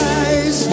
eyes